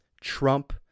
Trump